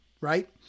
right